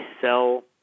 sell